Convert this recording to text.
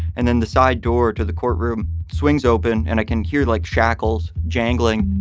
and then the side door to the courtroom swings open and i can hear like shackles jangling